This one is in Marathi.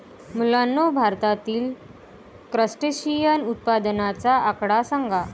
मुलांनो, भारतातील क्रस्टेशियन उत्पादनाचा आकडा सांगा?